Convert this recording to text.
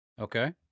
Okay